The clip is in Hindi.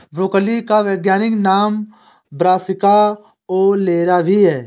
ब्रोकली का वैज्ञानिक नाम ब्रासिका ओलेरा भी है